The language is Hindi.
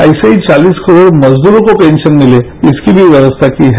ऐसे ही चालिस करोड़ मजदूरों को पेंशन मिले इसकी भी व्यवस्था की है